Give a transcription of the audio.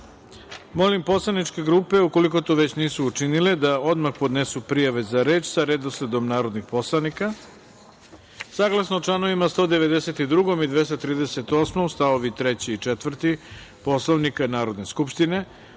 poslaničke grupe, ukoliko to već nisu učinile, da odmah podnesu prijave za reč sa redosledom narodnih poslanika. Saglasno čl. 192. i 238. st. 3. i 4. Poslovnika Narodne skupštine,